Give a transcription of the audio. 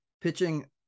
pitching